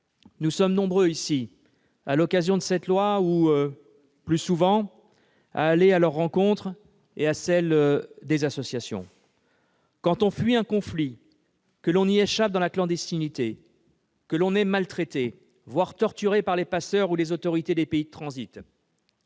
Nombre d'entre nous, à l'occasion de ce projet de loi ou plus souvent, vont à leur rencontre et à celle des associations. Quand on fuit un conflit, qu'on y échappe dans la clandestinité et qu'on est maltraité, voire torturé, par les passeurs ou les autorités des pays de transit,